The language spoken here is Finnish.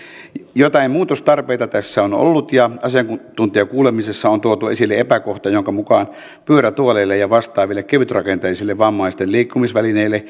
jotain muutostarpeita tässä on ollut ja asiantuntijakuulemisessa on tuotu esille epäkohta jonka mukaan pyörätuoleille ja vastaaville kevytrakenteisille vammaisten liikkumisvälineille